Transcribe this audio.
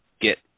get